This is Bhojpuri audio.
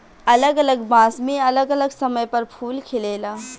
अलग अलग बांस मे अलग अलग समय पर फूल खिलेला